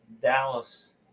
Dallas